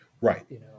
Right